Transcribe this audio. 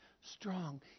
strong